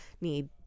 need